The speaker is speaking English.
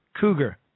Cougar